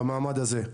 במעמד הזה,